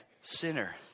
sinner